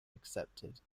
accepted